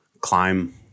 climb